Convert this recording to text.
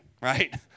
right